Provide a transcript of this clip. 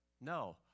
No